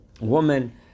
woman